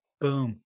Boom